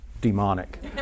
demonic